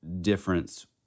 difference